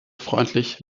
freundlich